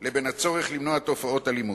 לבין הצורך למנוע תופעות אלימות.